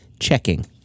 Checking